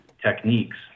techniques